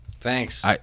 Thanks